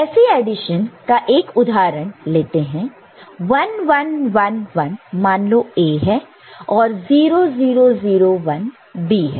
ऐसी एडिशन का एक उदाहरण लेते हैं 1 1 1 1 मान लो A है और 0 0 0 1 B है